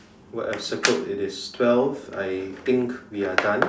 what I have circled it is twelve I think we are done